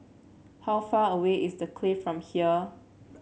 how far away is The Clift from here